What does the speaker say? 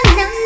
no